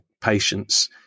patients